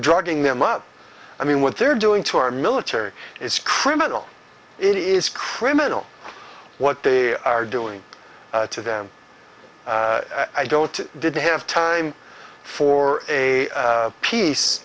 drugging them up i mean what they're doing to our military is criminal it is criminal what they are doing to them i don't didn't have time for a piece